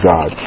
God